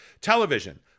television